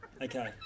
Okay